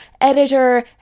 editor